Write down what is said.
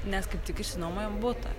nes kaip tik išsinuomojom butą